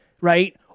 right